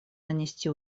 нанести